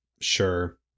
sure